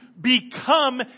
become